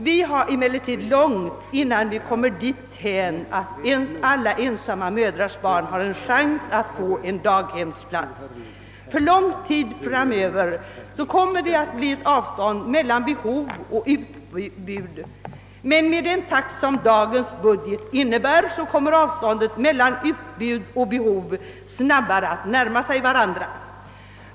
Det är emellertid långt innan vi kommer dithän att ens alla ensamma mödrars barn har en chans att få en daghemsplats: Under lång tid framöver kommer det att bli ett avstånd mellan behov och utbud, men med 'den takt som dagens budget medger kommer avståndet mellan utbud och behov att minskas snabbare.